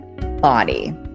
body